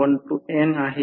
98 प्रति एकक आहे